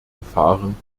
gefahren